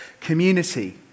community